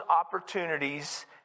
opportunities